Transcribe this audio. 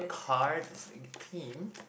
cards team